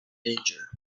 danger